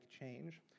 change